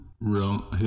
real